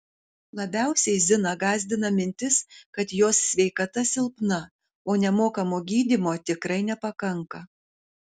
labiausiai ziną gąsdina mintis kad jos sveikata silpna o nemokamo gydymo tikrai nepakanka